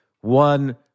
one